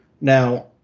Now